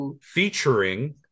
featuring